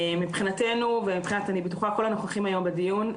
מבחינתנו ואני בטוחה שמבחינת כל הנוכחים בדיון היום,